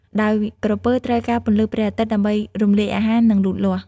ដោយក្រពើត្រូវការពន្លឺព្រះអាទិត្យដើម្បីរំលាយអាហារ និងលូតលាស់។